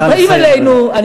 אז באים אלינו, נא לסיים.